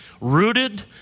rooted